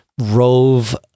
Rove